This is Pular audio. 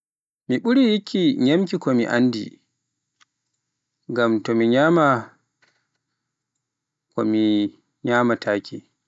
Mi ɓuri yikki min nyamki ko mi anndi, ngam to nyama mo nyamtaake.